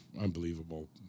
unbelievable